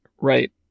right